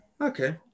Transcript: okay